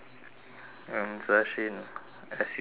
mm celeste shin S_U_S_S